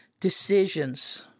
decisions